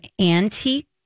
antique